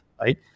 right